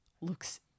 looks